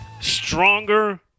stronger